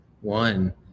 one